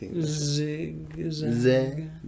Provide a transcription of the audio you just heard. zigzag